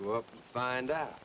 to up and find out